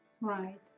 Right